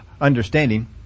understanding